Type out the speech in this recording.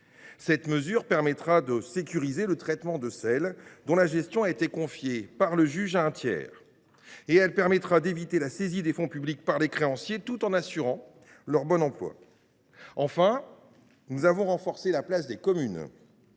Cette mesure permettra de sécuriser le traitement de celles dont la gestion a été confiée par le juge à un tiers. Elle permettra également d’éviter la saisie des fonds publics par les créanciers tout en assurant leur bon emploi. Enfin, nous avons renforcé la place des communes